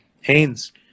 Haynes